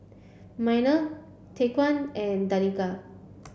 Minor Tyquan and Danica